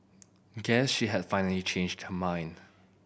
guess she had finally changed her mind